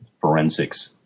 forensics